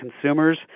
consumers